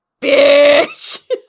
Bitch